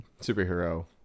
superhero